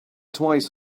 twice